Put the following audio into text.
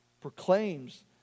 proclaims